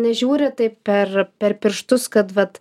nežiūri taip per per pirštus kad vat